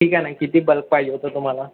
ठीक आहे ना किती बल्क पाहिजे होतं तुम्हाला